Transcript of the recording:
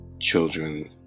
children